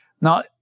Now